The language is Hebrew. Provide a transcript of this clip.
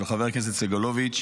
של חבר הכנסת סגלוביץ'.